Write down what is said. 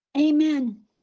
Amen